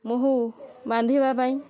ମହୁ ବାନ୍ଧିବା ପାଇଁ